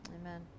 Amen